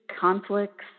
conflicts